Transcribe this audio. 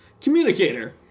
communicator